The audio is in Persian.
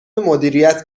مدیریت